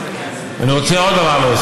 אני רוצה להוסיף עוד דבר.